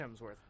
Hemsworth